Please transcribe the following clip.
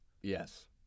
Yes